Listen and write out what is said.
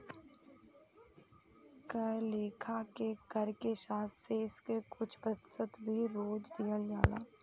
कए लेखा के कर के साथ शेष के कुछ प्रतिशत भी जोर दिहल जाला